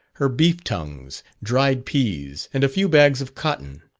her beef tongues, dried peas, and a few bags of cotton.